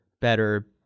better